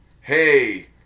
Hey